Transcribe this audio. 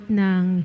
ng